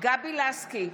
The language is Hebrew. גבי לסקי,